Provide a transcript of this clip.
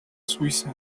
suiza